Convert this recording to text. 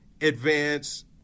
advance